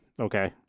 Okay